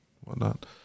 whatnot